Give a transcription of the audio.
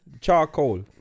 charcoal